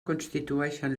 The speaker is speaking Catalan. constituïxen